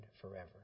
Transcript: forever